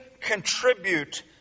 contribute